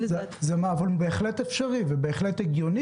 בהחלט הגיוני ובהחלט אפשרי,